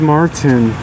Martin